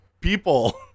people